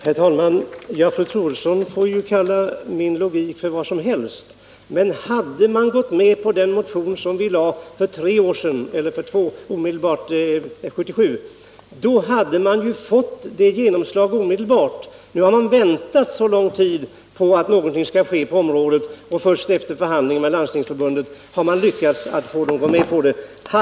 Herr talman! Fru Troedsson får kalla min logik för vad som helst. Men hade riksdagen bifallit den motion som vi väckte 1977, hade den fått genomslag omedelbart. Nu har vi väntat lång tid på att någonting skall ske på området. Först efter förhandlingar med Landstingsförbundet har man lyckats få förbundet att gå med på en utbyggnad.